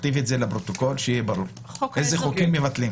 תכתיב לפרוטוקול כדי שיהיה ברור איזה חוקים מבטלים.